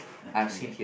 okay